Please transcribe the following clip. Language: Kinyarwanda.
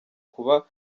kuba